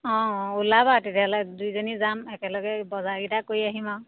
অঁ ওলাব তেতিয়াহ'লে দুয়োজনী যাম একেলগে বজাৰকেইটা কৰি আহিম আৰু